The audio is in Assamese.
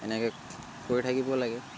এনেকৈ কৰি থাকিব লাগে